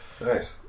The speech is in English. Nice